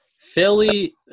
Philly